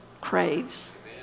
craves